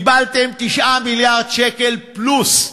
קיבלתם 9 מיליארד שקל פלוס,